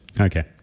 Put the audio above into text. Okay